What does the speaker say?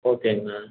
ஓகேங்கண்ணா